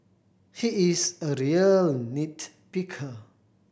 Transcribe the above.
he is a real nit picker